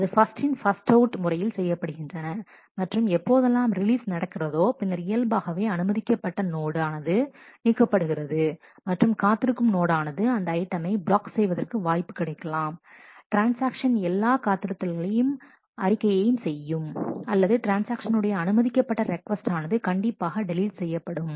அது ஃபர்ஸ்ட்ன் in first out முறையில் செய்யப்படுகின்றன மற்றும் எப்போதெல்லாம் ரிலீஸ் நடக்கிறதோ பின்னர் இயல்பாகவே அனுமதிக்கப்பட்ட நோடு ஆனது நீக்கப்படுகிறது மற்றும் காத்திருக்கும் நோடு ஆனது அந்த ஐட்டமை பிளாக் செய்வதற்கு வாய்ப்பு கிடைக்கலாம் ட்ரான்ஸ்ஆக்ஷன் எல்லா காத்திருத்தலையும் அறிக்கை செய்யும் அல்லது ட்ரான்ஸ்ஆக்ஷன் உடைய அனுமதிக்கப்பட்ட ரெக்கொஸ்ட் ஆனது கண்டிப்பாக டெலிட் செய்யப்படும்